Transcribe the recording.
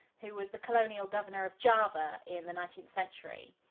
who was the colonial governor of java in the nineteenth century.